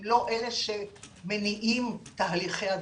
הם לא אלה שמניעים תהליכי הדבקה.